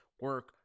Work